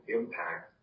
impact